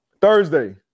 Thursday